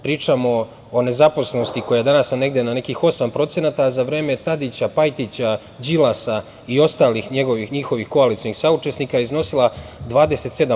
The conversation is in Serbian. Pričamo o nezaposlenosti koja je danas na nekih 8%, a za vreme Tadića, Pajtića, Đilasa i ostalih njihovih koalicionih saučesnika iznosila je 27%